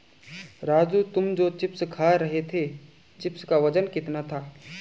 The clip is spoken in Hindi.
राजू तुम जो चिप्स खा रहे थे चिप्स का वजन कितना था?